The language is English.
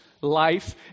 life